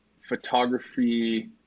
photography